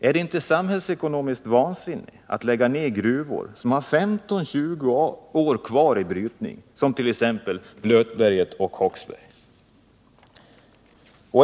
Är det inte samhällsekonomiskt vansinne att lägga ned gruvor som har 15-20 år kvar i brytning, som t.ex. Blötberget och Håksberg? 5.